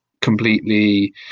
completely